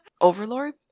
overlord